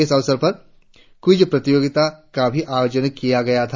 इस अवसर पर क्वीज प्रतियोगिता का भी आयोजन किया गया था